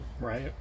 Right